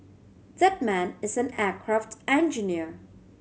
that man is an aircraft engineer